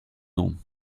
non